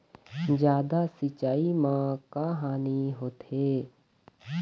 जादा सिचाई म का हानी होथे?